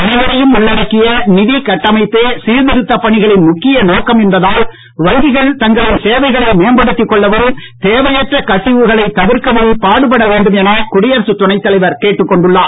அனைவரையும் உள்ளடக்கிய நிதிக் கட்டமைப்பே சீர்திருத்தப் பணிகளின் முக்கிய நோக்கம் என்பதால் வங்கிகள் தங்களின் சேவைகளை மேம்படுத்திக் கொள்ளவும் தேவையற்ற கசிவுகளைத் தவிர்க்கவும் பாடுபட வேண்டும் என குடியரசுத் துணைத் தலைவர் கேட்டுக் கொண்டுள்ளார்